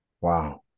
Wow